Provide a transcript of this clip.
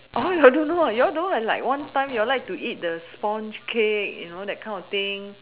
oh you all don't know ah you all don't have like one time you all like to eat the sponge cake you know that kind of thing